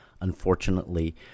unfortunately